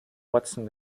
watson